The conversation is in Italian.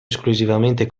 esclusivamente